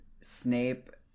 Snape